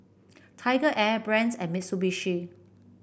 TigerAir Brand's and Mitsubishi